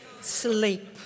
Sleep